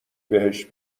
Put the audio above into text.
بهش